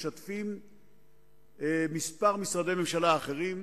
המשתפים כמה משרדי ממשלה אחרים.